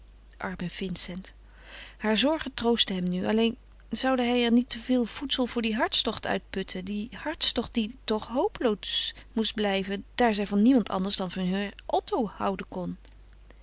arme vincent haar zorgen troostten hem nu alleen zoude hij er niet te veel voedsel voor dien hartstocht uit putten dien hartstocht die toch hopeloos moest blijven daar zij van niemand anders dan van heur otto houden kon